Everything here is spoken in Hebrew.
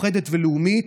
מאוחדת ולאומית,